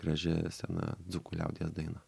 graži sena dzūkų liaudies daina